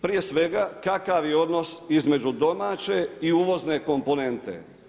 Prije svega kakav je odnos između domaće i uvozne komponente?